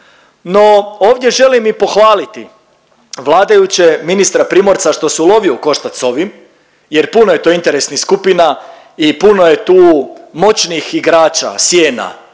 No, ovdje želim i pohvaliti vladajuće, ministra Primorca što se ulovio u koštac s ovim jer puno je tu interesnih skupina i puno je tu moćnih igrača, sjena